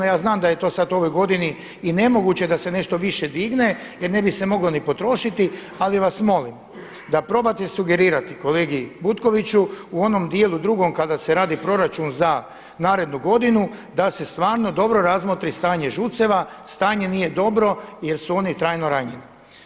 Ja znam da je to sada u ovoj godini i nemoguće da se nešto više digne jer ne bi se moglo ni potrošiti, ali vas molim da probate sugerirati kolegi Butkoviću u onom dijelu drugom kada se radi proračun za narednu godinu da se stvarno dobro razmotri stanje ŽUC-eva, stanje nije dobro jer su oni trajno ranjeni.